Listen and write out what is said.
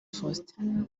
faustin